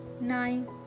nine